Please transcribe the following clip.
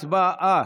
הצבעה.